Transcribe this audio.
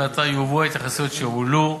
ועתה יועברו ההתייחסויות שהועלו,